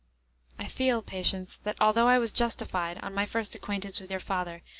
i feel, patience, that although i was justified, on my first acquaintance with your father,